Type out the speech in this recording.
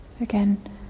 Again